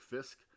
Fisk